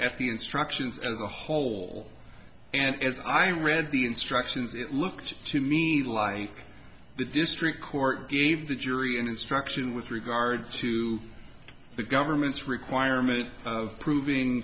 at the instructions as a whole and as i read the instructions it looked to me like the district court gave the jury instruction with regard to the government's requirement of proving